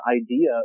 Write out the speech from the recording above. idea